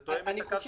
זה תואם את הקו שלך.